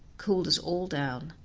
cooled us all down,